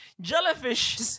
Jellyfish